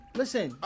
listen